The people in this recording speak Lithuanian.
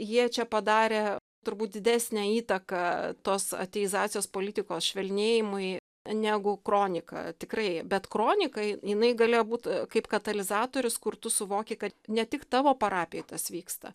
jie čia padarė turbūt didesnę įtaką tos ateizacijos politikos švelnėjimui negu kronika tikrai bet kronika jinai galėjo būt kaip katalizatorius kur tu suvoki kad ne tik tavo parapijoj tas vyksta